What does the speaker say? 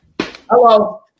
Hello